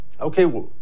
Okay